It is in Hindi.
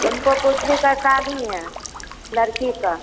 हमको पूछने का शादी है लड़की का